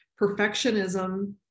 perfectionism